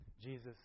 Jesus